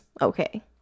okay